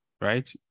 right